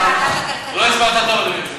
לא הסברת טוב, אדוני היושב-ראש.